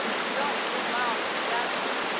it's only two miles to janet's.